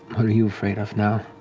are you afraid of now?